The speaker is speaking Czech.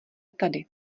tady